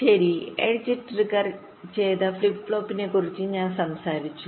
ശരി എഡ്ജ് ട്രിഗർചെയ്ത ഫ്ലിപ്പ് ഫ്ലോപ്പിനെക്കുറിച്ച് ഞാൻ സംസാരിച്ചു